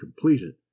completed